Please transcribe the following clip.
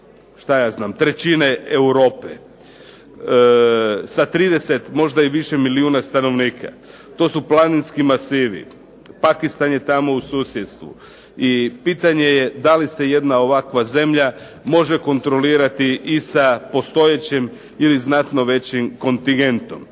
gotovo trećine Europe sa 30 možda i više milijuna stanovnika. To su planinski masivi. Pakistan je tamo u susjedstvu i pitanje je da li se jedna ovakva zemlja može kontrolirati i sa postojećim ili znatno većim kontingentom.